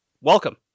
Welcome